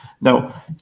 Now